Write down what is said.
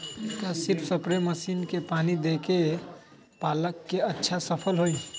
का सिर्फ spray machine से पानी देके पालक के अच्छा फसल होई?